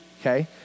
okay